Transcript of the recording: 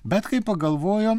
bet kai pagalvojo